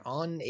on